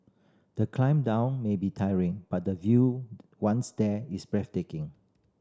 the climb down may be tiring but the view once there is breathtaking